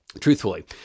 Truthfully